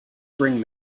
bring